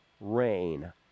rain